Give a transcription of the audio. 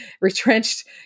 retrenched